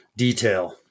detail